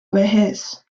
vejez